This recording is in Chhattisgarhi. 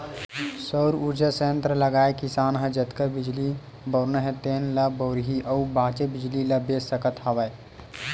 सउर उरजा संयत्र लगाए किसान ह जतका बिजली बउरना हे तेन ल बउरही अउ बाचे बिजली ल बेच सकत हवय